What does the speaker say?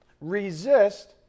Resist